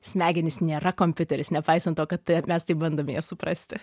smegenys nėra kompiuteris nepaisant to kad mes taip bandome ją suprasti